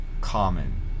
common